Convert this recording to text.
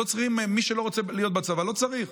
מי שלא רוצה להיות בצבא, לא צריך.